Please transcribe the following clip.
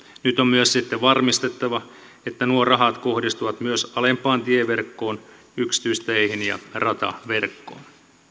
nyt on myös sitten varmistettava että nuo rahat kohdistuvat myös alempaan tieverkkoon yksityisteihin ja rataverkkoon